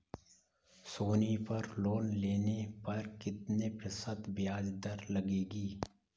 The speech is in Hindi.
सोनी पर लोन लेने पर कितने प्रतिशत ब्याज दर लगेगी?